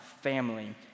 family